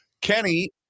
Kenny